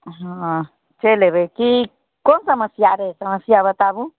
हँ चलि अयबै की कोन समस्या रहै समस्या बताबू